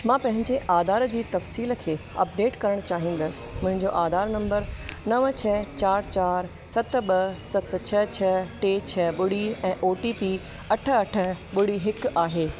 मां पंहिंजे आधार जी तफ़सील खे अपडेट करण चाहिंदसि मुंहिंजो आधार नंबर नव छह चारि चारि सत ॿ सत छह छ्ह टे छ्ह ॿुड़ी ऐं ओ टी पी अठ अठ ॿुड़ी हिकु आहे